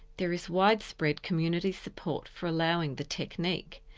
there is widespread community support for allowing the technique.